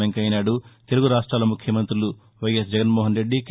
వెంకయ్యనాయుడు తెలుగు రాష్ట్రాల ముఖ్యమంతులు YS Jagan Mohan Reddy K